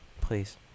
Please